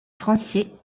français